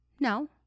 No